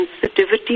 sensitivity